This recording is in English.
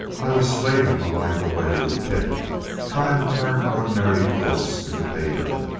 i was slavin' my life away with a pick trying to turn ordinary quartz into pay dirt.